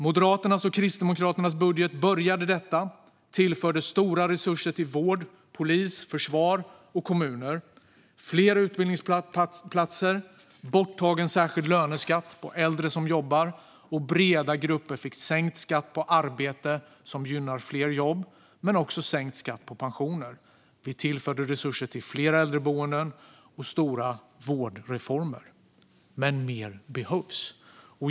Moderaternas och Kristdemokraternas budget började detta och tillförde stora resurser till vård, polis, försvar och kommuner. Det blev fler utbildningsplatser och borttagen särskild löneskatt för äldre som jobbar. Breda grupper fick sänkt skatt på arbete, vilket gynnar fler jobb, men också sänkt skatt på pensioner. Vi tillförde resurser till fler äldreboenden och stora vårdreformer. Men mer behövs.